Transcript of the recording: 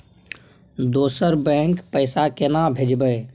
दोसर बैंक पैसा केना भेजबै?